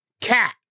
cat